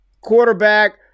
Quarterback